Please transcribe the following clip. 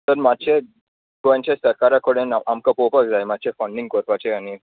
मात्शे गोंयचे सरकारा कडेन आमकां पावपाक जाय मातशे फोणडींग करपाचें आनी